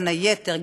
בין היתר,